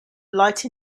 light